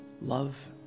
love